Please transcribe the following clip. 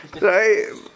Right